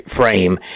frame